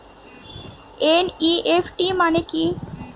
NEFT মনে কি?